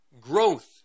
Growth